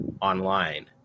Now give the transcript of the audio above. online